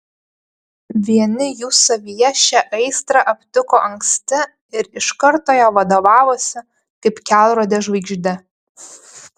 vieni jų savyje šią aistrą aptiko anksti ir iš karto ja vadovavosi kaip kelrode žvaigžde